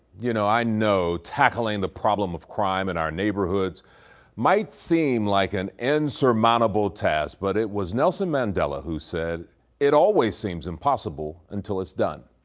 you know, i know tackling the problem of crime in our neighborhoods might seem like an insurmountable task, but it was nelson mandela who said it always seems impossible until it's done.